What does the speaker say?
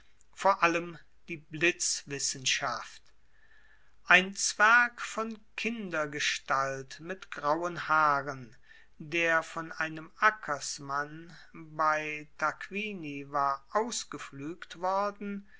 vor allem die blitzwissenschaft ein zwerg von kindergestalt mit grauen haaren der von einem ackersmann bei tarquinii war ausgepfluegt worden